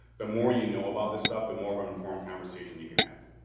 the more you know about this stuff the more of an informed conversation you can have,